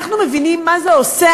אנחנו מבינים מה זה עושה.